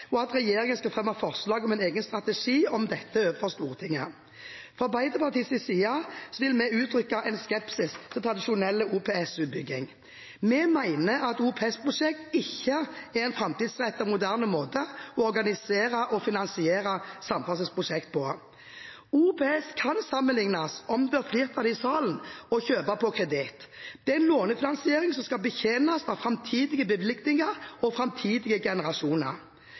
og at regjeringen skal fremme forslag om en egen strategi om dette overfor Stortinget. Fra Arbeiderpartiets side vil vi utrykke en skepsis til tradisjonell OPS-utbygging. Vi mener at OPS-prosjekter ikke er en framtidsrettet og moderne måte å organisere og finansiere samferdselsprosjekter på. OPS kan sammenlignes med å kjøpe på kreditt. Det er en lånefinansiering som skal betjenes av framtidige bevilgninger og framtidige generasjoner.